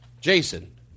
Jason